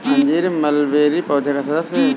अंजीर मलबेरी पौधे का सदस्य है